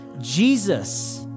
Jesus